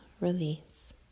release